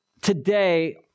today